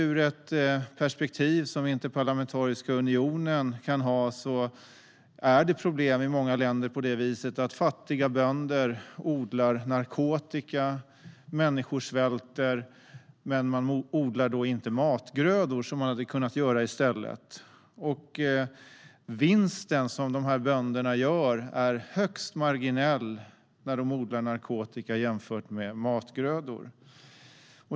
Ur Interparlamentariska unionens perspektiv är det ett problem i många länder att fattiga bönder odlar narkotika, människor svälter, men man odlar inte matgrödor som man i stället hade kunnat göra. Vinsten som dessa bönder gör är högst marginell när de odlar narkotika jämfört med matgrödor.